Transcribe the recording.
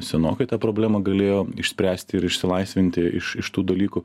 senokai tą problemą galėjom išspręsti ir išsilaisvinti iš iš tų dalykų